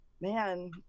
man